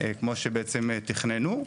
כמו שתכננו.